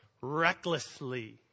recklessly